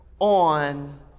on